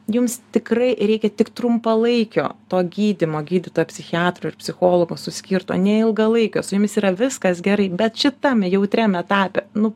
jums tikrai reikia tik trumpalaikio to gydymo gydytojo psichiatro ir psichologo suskirto neilgą laiką su jumis yra viskas gerai bet šitam jautriam etape nu